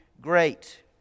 great